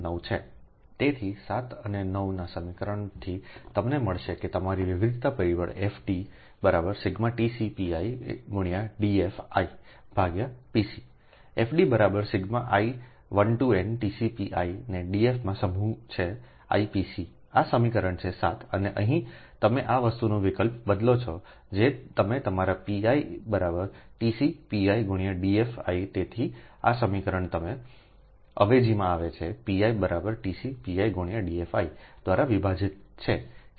nતેથી 7 અને 9 ના સમીકરણથી તમને મળશે કે તમારી વિવિધતા પરિબળ FD ⅀Tcpi DFipc FD બરાબર sigma I 1 to n TCP i ને DF માં સમૂહ છે I Pc આ સમીકરણ છે 7 અને અહીં તમે આ વસ્તુનો વિકલ્પ બદલો છો જે તમે તમારાpiTcPi x DFi તેથી આ સમીકરણ તમે અવેજીમાં આવેpiTcPi x DFi દ્વારા વિભાજિતછે કે pc